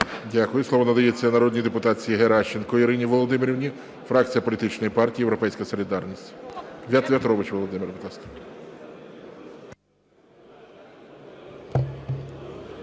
Дякую. Слово надається народній депутатці Геращенко Ірині Володимирівні, фракція політичної партії "Європейська солідарність". В'ятрович Володимир, будь ласка.